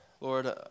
Lord